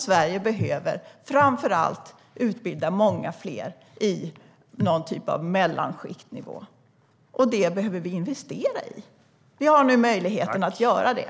Sverige behöver framför allt utbilda många fler i någon typ av mellanskiktnivå, och det behöver vi investera i. Vi har nu möjligheten att göra det.